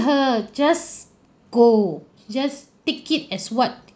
her just go just take it as what